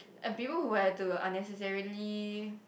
and people who had to unnecessarily